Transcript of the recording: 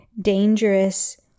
dangerous